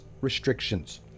restrictions